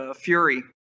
fury